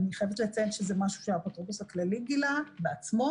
אני חייבת לציין שזה משהו שהאפוטרופוס הכללי גילה בעצמו.